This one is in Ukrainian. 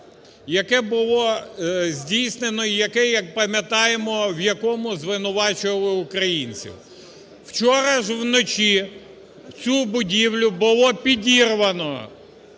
яке було здійснено і яке, як пам'ятаємо, в якому звинувачували українців. Вчора ж вночі цю будівлю було підірвано.